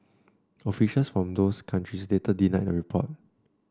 officials from those countries later denied the report